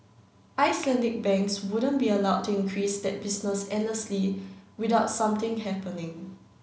Icelandic banks wouldn't be allowed to increase that business endlessly without something happening